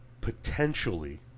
potentially